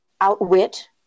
outwit